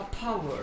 power